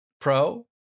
Pro